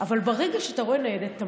אבל ברגע שאתה רואה ניידת,